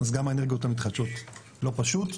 אז גם האנרגיות המתחדשות לא פשוט,